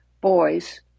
boys